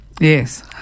Yes